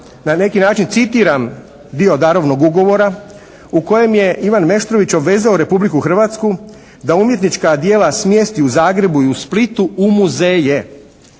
na neki način citiram dio darovnog ugovora u kojem je Ivan Meštrović obvezao Republiku Hrvatsku da umjetnička djela smjesti u Zagrebu i u Splitu u muzeje